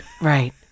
right